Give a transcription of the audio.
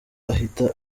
ahita